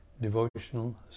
devotional